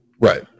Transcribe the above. Right